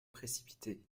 précipité